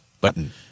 button